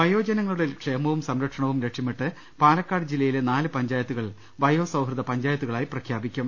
വയോജനങ്ങളുടെ ക്ഷേമവും സംരക്ഷണവും ലക്ഷ്യമിട്ട് പാലക്കാട് ജില്ലയിലെ നാല് പഞ്ചായത്തുകൾ വയോ സൌഹൃദ പഞ്ചായത്തുകളായി പ്രഖ്യാപിക്കും